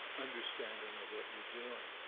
understanding of what you're doing,